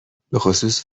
بخصوص